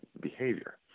behavior